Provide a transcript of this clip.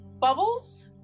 bubbles